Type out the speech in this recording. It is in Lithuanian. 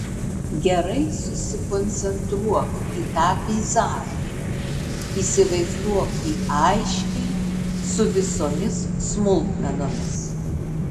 gerai susikoncentruok į tą peizažą įsivaizduok jį aiškiai su visomis smulkmenomis